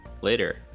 later